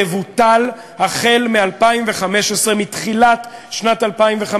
תבוטל החל בתחילת שנת 2015,